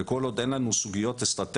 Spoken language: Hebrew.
וכל עוד אין לנו סוגיות אסטרטגיות,